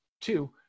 Two